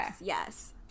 Yes